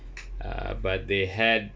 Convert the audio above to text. uh but they had